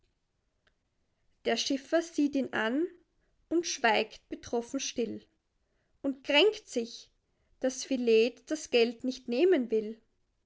der schiffer sieht ihn an und schweigt betroffen still und kränkt sich daß philet das geld nicht nehmen will